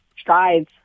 strides